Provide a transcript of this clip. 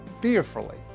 fearfully